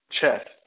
chest